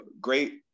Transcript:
great